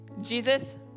Jesus